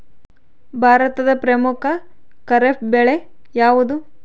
ಭಾರತದ ಪ್ರಮುಖ ಖಾರೇಫ್ ಬೆಳೆ ಯಾವುದು?